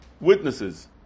witnesses